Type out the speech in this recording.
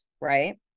right